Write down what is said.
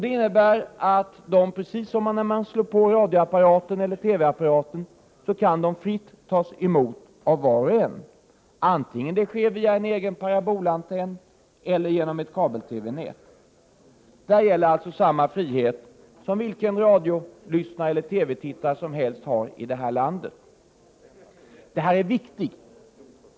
Det innebär att de, precis som när man slår på radioapparaten eller TV apparaten, fritt kan tas emot av var och en vare sig det sker via en egen parabolantenn eller genom ett kabel-TV-nät. Där gäller alltså samma frihet som vilka radiolyssnare eller TV-tittare som helst har här i landet. Detta är viktigt.